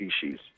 species